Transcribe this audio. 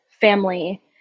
family